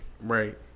Right